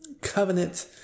covenant